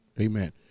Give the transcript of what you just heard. Amen